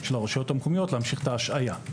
של הרשויות המקומיות להמשיך את ההשעיה.